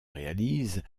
réalisent